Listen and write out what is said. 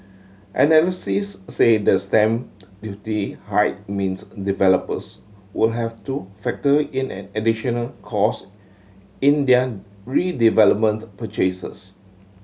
analyses said the stamp duty hike means developers would have to factor in an additional cost in their redevelopment purchases